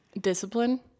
discipline